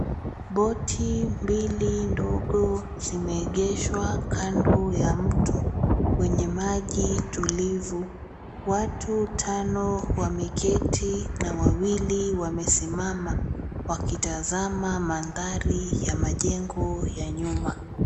Boti mbili ndogo zimeegeshwa kando ya mto wenye maji tulivu. Watu tano wameketi, na wawili wamesimama wakitazama mandhari ya majengo ya nyuma.